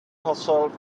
herself